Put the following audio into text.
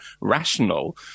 rational